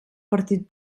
partit